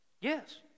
Yes